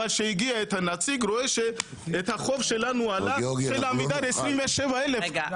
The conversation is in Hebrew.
אבל כשהגיע הנציג רואה שהחוק שלנו הלך של עמידר 27,000 הגדיל את החוב.